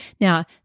Now